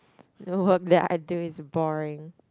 the work that I do is boring